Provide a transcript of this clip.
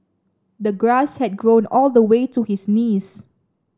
the grass had grown all the way to his knees